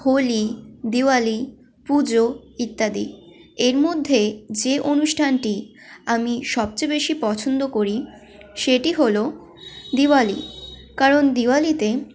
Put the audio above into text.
হোলি দিওয়ালি পুজো ইত্যাদি এর মধ্যে যে অনুষ্ঠানটি আমি সবচেয়ে বেশি পছন্দ করি সেটি হলো দিওয়ালি কারণ দিওয়ালিতে